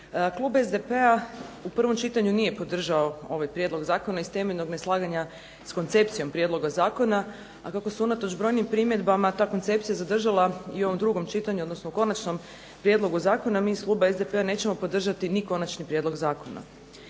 Klub SDP-a u prvom čitanju nije podržao ovaj prijedlog zakona iz temeljnog neslaganja s koncepcijom prijedloga zakona. A kako se unatoč brojnim primjedbama ta koncepcija zadržala i u ovom drugom čitanju odnosno konačnom prijedlogu zakona, mi iz kluba SDP-a nećemo podržati ni konačni prijedlog zakona.